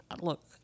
Look